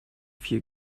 vier